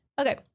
okay